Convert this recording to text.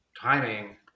timing